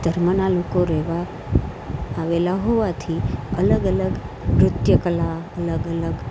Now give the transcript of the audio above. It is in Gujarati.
ધર્મનાં લોકો રહેવા આવેલાં હોવાથી અલગ અલગ નૃત્યકલા અલગ અલગ